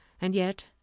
and yet,